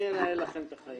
אני אנהל לכן את החיים,